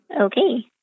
Okay